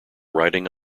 riding